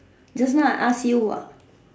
just now I ask you what